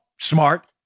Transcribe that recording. smart